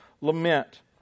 lament